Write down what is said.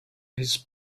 his